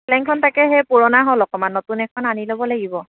চেলেংখন তাকে সেই পুৰণা হ'ল অকণমান নতুন এখন আনি ল'ব লাগিব